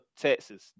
Texas